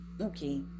Okay